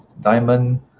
diamond